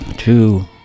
two